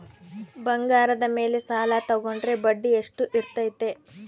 ಬಂಗಾರದ ಮೇಲೆ ಸಾಲ ತೋಗೊಂಡ್ರೆ ಬಡ್ಡಿ ಎಷ್ಟು ಇರ್ತೈತೆ?